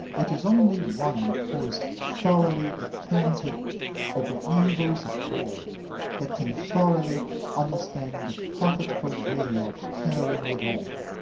it is only one who is thoroughly acquainted with the evils of war that can thoroughly understand the profitable way of carrying it on.